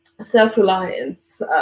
self-reliance